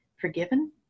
forgiven